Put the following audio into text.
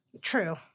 True